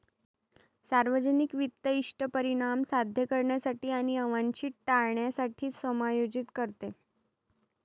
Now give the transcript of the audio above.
सार्वजनिक वित्त इष्ट परिणाम साध्य करण्यासाठी आणि अवांछित टाळण्यासाठी समायोजित करते